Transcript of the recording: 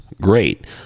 Great